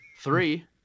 three